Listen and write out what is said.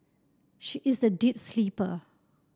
she is a deep sleeper